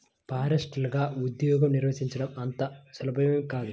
ఫారెస్టర్లగా ఉద్యోగం నిర్వహించడం అంత సులభమేమీ కాదు